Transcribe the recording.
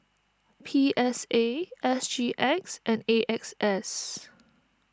P S A S G X and A X S